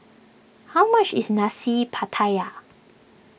how much is Nasi Pattaya